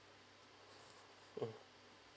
mm